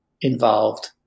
involved